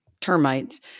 termites